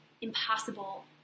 impossible